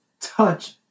touch